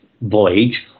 voyage